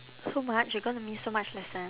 so much you're gonna miss so much lesson